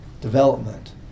development